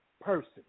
person